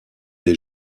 des